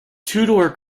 tudor